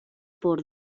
por